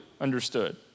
understood